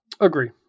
Agree